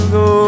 go